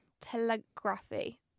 telegraphy